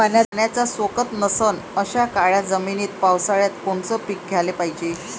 पाण्याचा सोकत नसन अशा काळ्या जमिनीत पावसाळ्यात कोनचं पीक घ्याले पायजे?